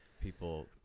people